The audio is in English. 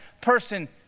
person